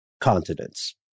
continents